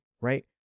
right